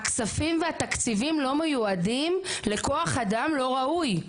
הכספים והתקציבים לא מיועדים לכוח אדם לא ראוי,